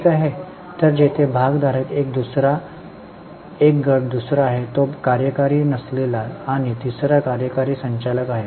ठीक आहे तर जेथे भागधारक एक गट दुसरा आहे तो कार्यकारी नसलेला आणि तिसरा कार्यकारी संचालक आहे